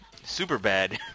Superbad